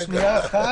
רגע, שנייה אחת.